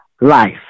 life